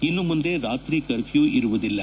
ಇನ್ನು ಮುಂದೆ ರಾತ್ರಿ ಕರ್ಫ್ಯೂ ಇರುವುದಿಲ್ಲ